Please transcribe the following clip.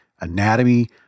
anatomy